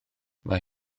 mae